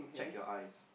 check your eyes